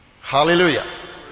Hallelujah